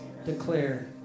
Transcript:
declare